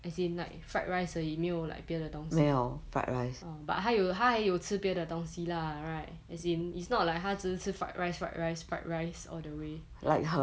as in like fried rice 而已没有 like 另的东西 oh but 他还有吃别的东西 lah right as in it's not like 他只是吃 fried rice fried rice fried rice all the way